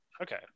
Okay